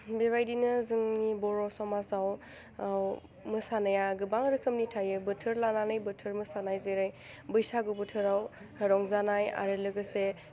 बेबायदिनो जोंनि बर' समाजाव मोसानाया गोबां रोखोमनि थायो बोथोर लानानै बोथोर मोसानाय जेरै बैसागो बोथोराव रंजानाय आरो लोगोसे